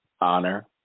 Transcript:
Honor